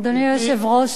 אדוני היושב-ראש,